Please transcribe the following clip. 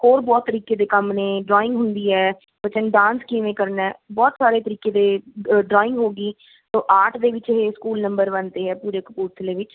ਹੋਰ ਬਹੁਤ ਤਰੀਕੇ ਦੇ ਕੰਮ ਨੇ ਡਰਾਇੰਗ ਹੁੰਦੀ ਹੈ ਬੱਚੇ ਨੇ ਡਾਂਸ ਕਿਵੇਂ ਕਰਨਾ ਬਹੁਤ ਸਾਰੇ ਤਰੀਕੇ ਦੇ ਡਰਾਇੰਗ ਹੋ ਗਈ ਓ ਆਰਟ ਦੇ ਵਿੱਚ ਇਹ ਸਕੂਲ ਨੰਬਰ ਵਨ 'ਤੇ ਹੈ ਪੂਰੇ ਕਪੂਰਥਲੇ ਵਿੱਚ